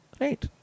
right